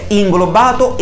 inglobato